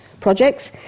projects